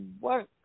work